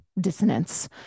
dissonance